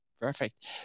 Perfect